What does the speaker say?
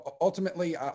ultimately